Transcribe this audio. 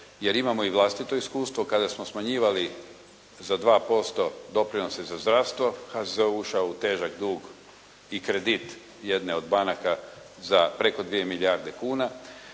jer imamo i vlastito iskustvo kada smo smanjivali za 2% doprinose za zdravstvo HZZO je ušao u težak dug i kredit jedne od banaka za preko 2 milijarde kuna.